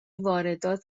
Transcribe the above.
واردات